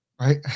Right